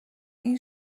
این